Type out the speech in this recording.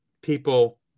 people